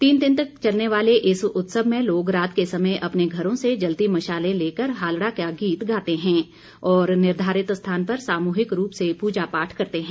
तीन दिन तक चलने वाले इस उत्सव में लोग रात के समय अपने घरों से जलती मशालें लेकर हालड़ा का गीत गाते हैं और निर्धारित स्थान पर सामूहिक रूप से पूजा पाठ करते हैं